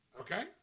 Okay